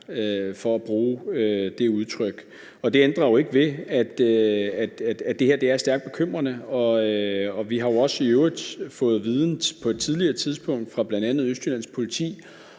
von hørensagen. Det ændrer jo ikke ved, at det her er stærkt bekymrende, og vi har også i øvrigt fået viden på et tidligere tidspunkt fra bl.a. Østjyllands Politi